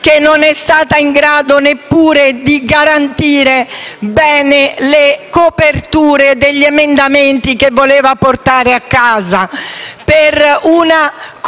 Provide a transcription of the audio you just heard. che non sono stati in grado neppure di garantire bene le coperture degli emendamenti che voleva portare a casa,